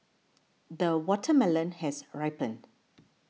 the watermelon has ripened